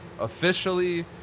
Officially